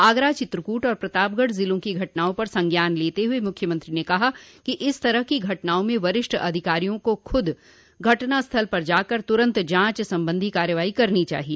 आगरा चित्रकूट और प्रतापगढ जिलों की घटनाओं पर संज्ञान लेते हुए मुख्यमंत्री ने कहा कि इस तरह की घटनाओं में वरिष्ठ अधिकारियों को स्वंय घटनास्थल पर जाकर तुरन्त जांच संबंधी कार्रवाई करनी चाहिए